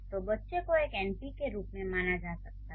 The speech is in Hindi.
तो "बच्चे" को एक एनपी के रूप में माना जा सकता है